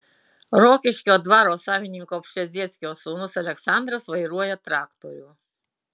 rokiškio dvaro savininko pšezdzieckio sūnus aleksandras vairuoja traktorių